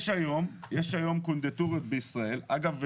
יש היום קונדיטוריות בישראל אגב,